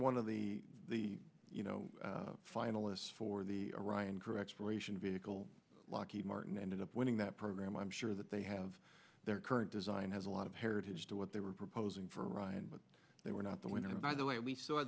one of the the finalists for the arayan correct information vehicle lockheed martin ended up winning that program i'm sure that they have their current design has a lot of heritage to what they were proposing for ryan but they were not going to by the way we saw